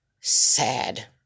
sad